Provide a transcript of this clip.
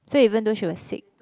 so even though she was sick